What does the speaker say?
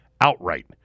outright